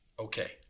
Okay